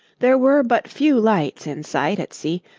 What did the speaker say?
there were but few lights in sight at sea,